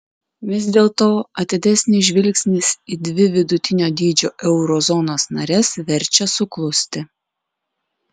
vis dėlto atidesnis žvilgsnis į dvi vidutinio dydžio euro zonos nares verčia suklusti